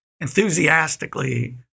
enthusiastically